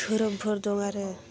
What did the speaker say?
दोहोरोमफोर दं आरो